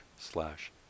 slash